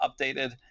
updated